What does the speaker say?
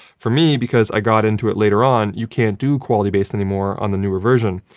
for me, because i got into it later on, you can't do quality-based anymore on the newer version,